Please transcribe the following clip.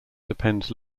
depends